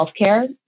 healthcare